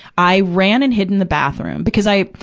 i ran and hid in the bathroom, because i,